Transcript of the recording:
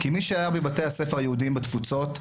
כי מי שהיה בבתי הספר היהודים בתפוצות,